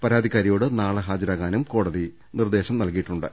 പരാതിക്കാരിയോട് നാളെ ഹാജരാകാനും കോടതി നിർദ്ദേശിച്ചിട്ടുണ്ട്